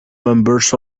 members